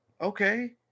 Okay